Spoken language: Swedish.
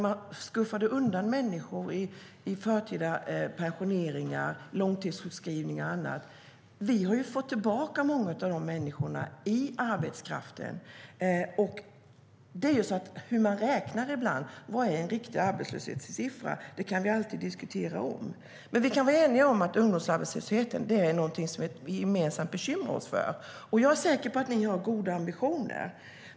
Man skuffade undan människor i förtida pensioneringar, långtidssjukskrivning och annat. Vi har fått tillbaka många av de människorna i arbetskraften. Hur man ska räkna och vilken arbetslöshetssiffra som är den riktiga kan vi alltid diskutera. Men vi kan vara eniga om att ungdomsarbetslösheten är något som vi gemensamt bekymrar oss för. Jag är säker på att ni har goda ambitioner.